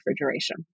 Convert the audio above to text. refrigeration